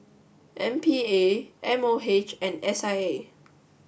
M P A M O H and S I A